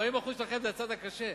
ה-40% שלכם זה הצד הקשה.